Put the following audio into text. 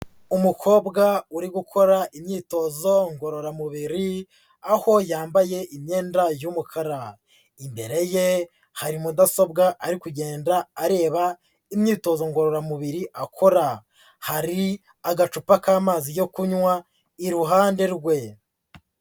Umukobwa uri gukora imyitozo ngororamubiri, aho yambaye imyenda y'umukara, imbere ye hari mudasobwa ari kugenda areba imyitozo ngororamubiri akora, hari agacupa k'amazi yo kunywa iruhande rwe.